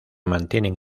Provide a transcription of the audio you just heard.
mantienen